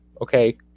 Okay